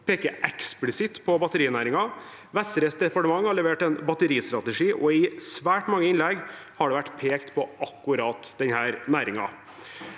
peker eksplisitt på batterinæringen. Vestres departement har levert en batteristrategi, og i svært mange innlegg har det vært pekt på akkurat denne næringen.